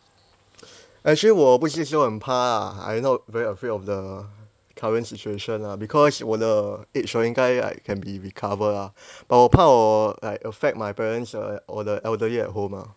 actually 我不是说很怕啦 I not very afraid of the current situation ah because 我的 age 我应该 like can be recover ah but 我怕我 like affect my parents or or the elderly at home ah